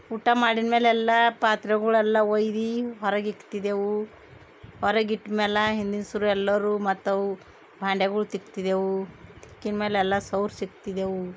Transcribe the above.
ಊಟ ಮಾಡಿದ್ ಮೇಲೆ ಎಲ್ಲ ಪಾತ್ರೆಗಳು ಎಲ್ಲ ಒಯ್ದು ಹೊರಗಿಕ್ತಿದ್ದೆವು ಹೊರಗಿಟ್ಟ ಮೇಲೆ ಹಿಂದಿನ ಸುರು ಎಲ್ಲರೂ ಮತ್ತೆ ಅವು ಭಾಂಡೆಗಳು ತಿಕ್ತಿದ್ದೆವು ತಿಕ್ಕಿದ್ ಮೇಲೆ ಎಲ್ಲ ಸವ್ರ್ಸಿಕ್ತಿದ್ದೆವು